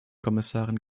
kommissarin